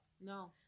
No